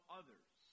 others